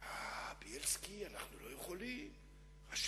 בקיצור, תראה, אם יש